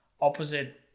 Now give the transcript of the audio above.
opposite